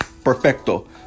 Perfecto